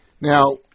Now